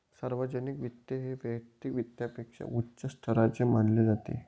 सार्वजनिक वित्त हे वैयक्तिक वित्तापेक्षा उच्च स्तराचे मानले जाते